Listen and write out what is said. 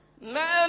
Man